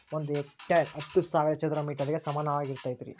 ಒಂದ ಹೆಕ್ಟೇರ್ ಹತ್ತು ಸಾವಿರ ಚದರ ಮೇಟರ್ ಗ ಸಮಾನವಾಗಿರತೈತ್ರಿ